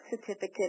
certificate